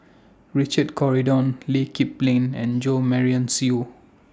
Richard Corridon Lee Kip Lin and Jo Marion Seow